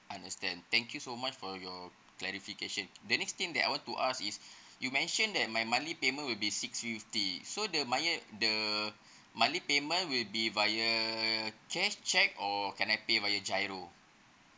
understand thank you so much for your clarification the next thing that I want to ask is you mentioned that my monthly payment will be six due day the mont~ the monthly payment will be via cash cheque or can I pay via GIRO